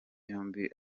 yombi